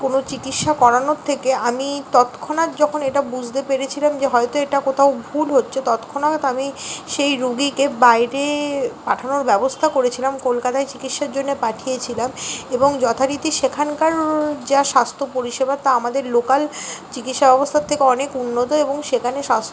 কোনো চিকিৎসা করানোর থেকে আমি তৎক্ষণাৎ যখন এটা বুঝতে পেরেছিলাম যে হয়তো এটা কোথাও ভুল হচ্ছে তৎক্ষণাৎ আমি সেই রুগীকে বাইরে পাঠানোর ব্যবস্থা করেছিলাম কলকাতায় চিকিৎসার জন্যে পাঠিয়েছিলাম এবং যথারীতি সেখানকার যা স্বাস্থ্য পরিষেবা তা আমাদের লোকাল চিকিৎসা ব্যবস্তার থেকে অনেক উন্নত এবং সেখানে স্বাস্